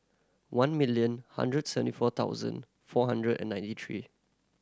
one million hundred seventy four thousand four hundred and ninety three